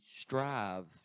strive